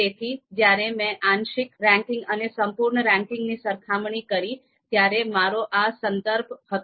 તેથી જયારે મેં આંશિક રેન્કિંગ અને સંપૂર્ણ રેન્કિંગની સરખામણી કરી ત્યારે મારો આ સંદર્ભ હતો